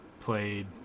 played